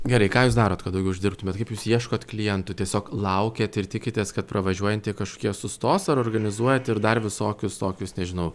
gerai ką jūs darot kad daugiau uždirbtumėt kaip jūs ieškot klientų tiesiog laukiat ir tikitės kad pravažiuojant tie kažkokie sustos ar organizuojat ir dar visokius tokius nežinau